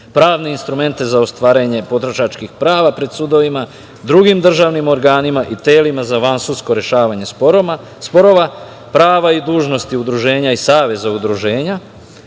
pravne instrumente za ostvarenje potrošačkih prava pred sudovima, drugim državnim organima i telima za vansudsko rešavanje sporova, prava i dužnosti udruženja i saveza udruženja